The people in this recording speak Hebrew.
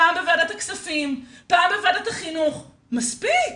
פעם בוועדת הכספים, פעם